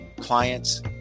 clients